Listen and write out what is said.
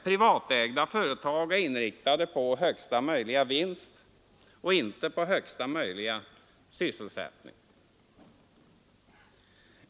Privatägda företag är inriktade på högsta möjliga vinst och inte på högsta möjliga syssselsättning.